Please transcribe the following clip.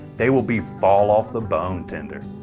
they will be fall off the bone tender.